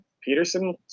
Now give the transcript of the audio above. Peterson